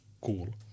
cool